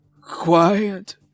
quiet